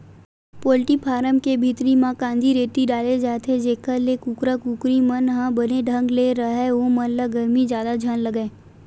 poultry farm के भीतरी म कांदी, रेती डाले जाथे जेखर ले कुकरा कुकरी मन ह बने ढंग ले राहय ओमन ल गरमी जादा झन लगय